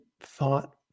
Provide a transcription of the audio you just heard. thought